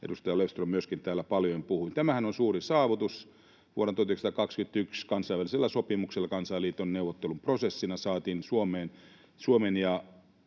edustaja Löfström täällä paljon puhui. Tämähän on suuri saavutus. Vuonna 1921 kansainvälisellä sopimuksella Kansainliiton neuvotteluprosessina saatiin Suomen